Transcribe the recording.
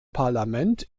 parlament